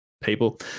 people